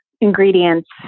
ingredients